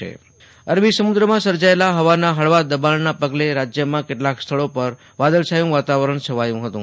આશુતોષ અંતાણી હવામાન અરબી સમુદ્રમાં સર્જાયેલા હવાના હળવા દબાણના પગલે રાજયમાં કેટલાક સ્થળો પર વાદળ છાયુ વાતાવરણ રહ્યુ હતું